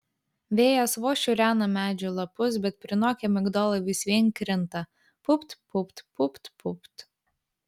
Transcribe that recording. vėjas vos šiurena medžių lapus bet prinokę migdolai vis vien krinta pupt pupt pupt pupt